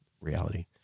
reality